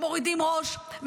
מורידים ראש,